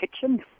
kitchen